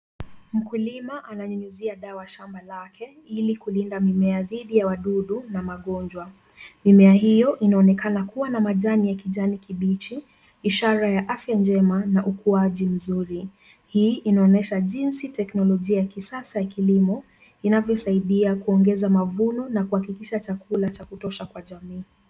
Mkulima ananyunyuzia dawa shamba lake ili kulinda mimea dhidi ya wadudu na magonjwa. Mimea hiyo inaonekana kuwa na majani ya kijani kibichi, ishara ya afya njema na ukuaji mzuri. Hii inaonyesha jinsi teknolojia ya kisasa ya kilimo inavyosaidia kuongeza mavuno na kuhakikisha chakula cha kutosha kwa jamii.